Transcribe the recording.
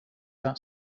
that